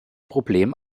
problem